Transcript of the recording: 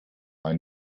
ein